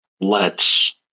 lets